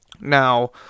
Now